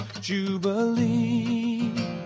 Jubilee